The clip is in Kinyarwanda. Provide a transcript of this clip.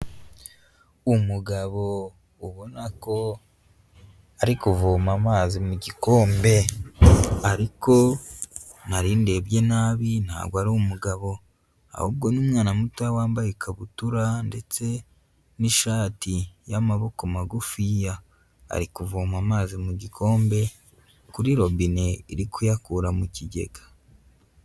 Umugabo ubona ko ari kuvoma amazi mu gikombe, ariko nari ndebye nabi ntabwo ari umugabo, ahubwo n'umwana muto wambaye ikabutura ndetse n'ishati y'amaboko magufiya ari kuvoma amazi mu gikombe kuri robine iri kuyakura mu kigega.